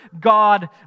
God